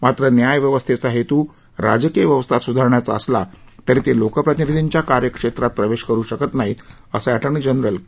मात्र न्यायव्यवस्थेचा हेतू राजकीय व्यवस्था सुधारण्याचा असला तरी ते लोकप्रतिनिधीच्या कार्यक्षेत्रात प्रवेश करु शकत नाही असं एटर्नी जनरल के